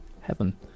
Heaven